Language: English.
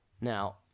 Now